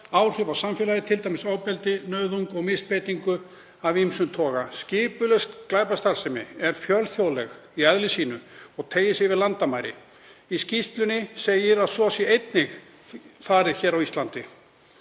áhrif á samfélagið, t.d. ofbeldi, nauðung og misbeitingu af ýmsum toga. Skipulögð glæpastarfsemi er fjölþjóðleg í eðli sínu og teygir sig yfir landamæri. Í skýrslunni segir að svo sé því einnig farið á Íslandi.